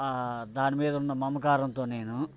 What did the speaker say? దాని మీద ఉన్న మమకారంతో నేను